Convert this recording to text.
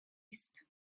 است